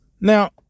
now